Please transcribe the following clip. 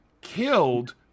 killed